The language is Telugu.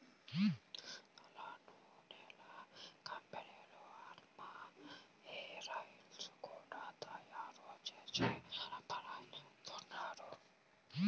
తలనూనెల కంపెనీలు ఆమ్లా హేరాయిల్స్ గూడా తయ్యారు జేసి సరఫరాచేత్తన్నారు